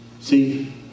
See